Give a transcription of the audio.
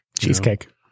Cheesecake